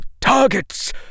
targets